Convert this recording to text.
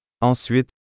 Ensuite